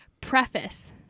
preface